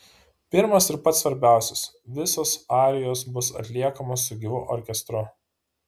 pirmas ir pats svarbiausias visos arijos bus atliekamos su gyvu orkestru